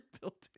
building